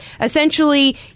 essentially